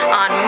on